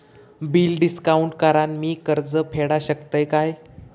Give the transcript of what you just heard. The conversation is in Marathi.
बिल डिस्काउंट करान मी कर्ज फेडा शकताय काय?